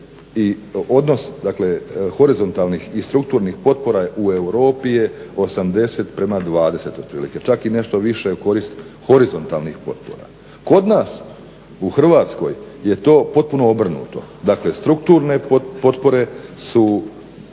dakle horizontalnih i strukturnih potpora u Europi je 80:20 otprilike. Čak i nešto više u korist horizontalnih potpora. Kod nas u Hrvatskoj je to potpuno obrnuto. Dakle, strukturne potpore su